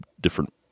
different